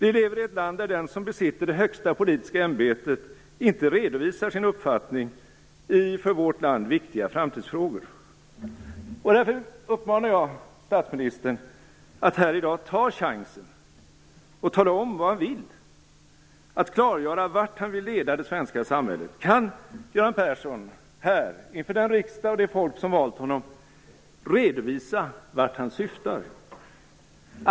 Vi lever i ett land där den som besitter det högsta politiska ämbetet inte redovisar sin uppfattning i för vårt land viktiga framtidsfrågor. Därför uppmanar jag statsministern att här i dag ta chansen och tala om vad han vill, att klargöra vart han vill leda det svenska samhället. Kan Göran Persson här, inför den riksdag och det folk som valt honom, redovisa vart han syftar?